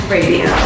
Radio